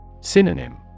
Synonym